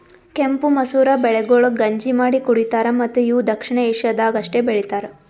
ಕೆಂಪು ಮಸೂರ ಬೆಳೆಗೊಳ್ ಗಂಜಿ ಮಾಡಿ ಕುಡಿತಾರ್ ಮತ್ತ ಇವು ದಕ್ಷಿಣ ಏಷ್ಯಾದಾಗ್ ಅಷ್ಟೆ ಬೆಳಿತಾರ್